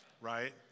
Right